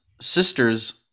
sisters